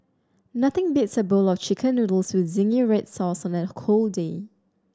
nothing beats a bowl of Chicken Noodles with zingy red sauce on a cold day